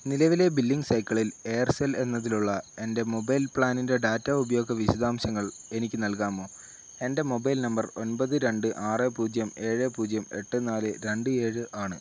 നിലവിലെ ബില്ലിംഗ് സൈക്കിളിൽ എയർസെൽ എന്നതിലുള്ള എൻ്റെ മൊബൈൽ പ്ലാനിൻ്റെ ഡാറ്റ ഉപയോഗ വിശദാംശങ്ങൾ എനിക്ക് നൽകാമോ എൻ്റെ മൊബൈൽ നമ്പർ ഒമ്പത് രണ്ട് ആറ് പൂജ്യം ഏഴെ പൂജ്യം എട്ട് നാല് രണ്ട് ഏഴ് ആണ്